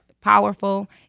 powerful